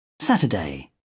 Saturday